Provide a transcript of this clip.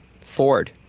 Ford